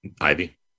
Ivy